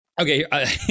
okay